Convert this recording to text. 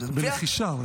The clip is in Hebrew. --- אולי בלחישה.